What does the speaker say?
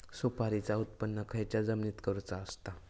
सुपारीचा उत्त्पन खयच्या जमिनीत करूचा असता?